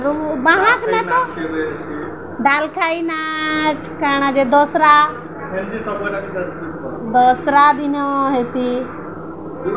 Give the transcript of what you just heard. ବାହକୁନା ତ ଡାଲଖାଇ ନାଚ କାଣା ଯେ ଦସରା ଦସରା ଦିନ ହେସି